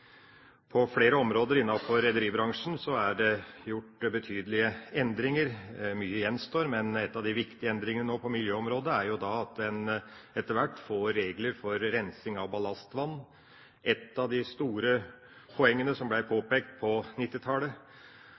På flere områder innafor rederibransjen er det gjort betydelige endringer. Mye gjenstår, men en av de viktige endringene på miljøområdet er at en etter hvert fikk regler for rensing av ballastvann – ett av de store poengene som ble påpekt på